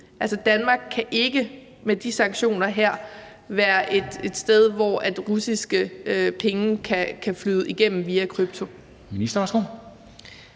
at Danmark ikke med de sanktioner her kan være et sted, hvor russiske penge kan flyde igennem via kryptovaluta? Kl.